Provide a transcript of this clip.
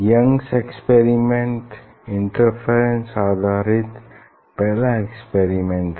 Young's experiment interference आधारित पहला experiment हैं